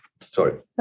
Sorry